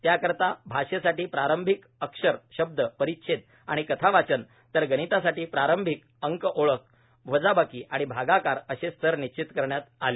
त्याकरिता भाषेसाठी प्रारंभिक अक्षर शब्द परिच्छेद आणि कथा वाचन तर गणितासाठी प्रारंभिक अंक ओळख वजाबाकी आणि भागाकार असे स्तर निश्चित करण्यात आले